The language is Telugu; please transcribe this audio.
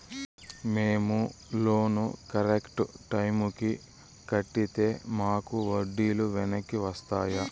మేము లోను కరెక్టు టైముకి కట్టితే మాకు వడ్డీ లు వెనక్కి వస్తాయా?